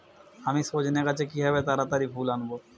আমি সজনে গাছে কিভাবে তাড়াতাড়ি ফুল আনব?